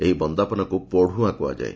ଏହି ବନ୍ଦାପନାକୁ ପତୁଆଁ କୁହାଯାଏ